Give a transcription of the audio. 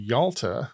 Yalta